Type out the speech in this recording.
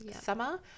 Summer